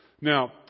Now